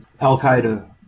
al-Qaeda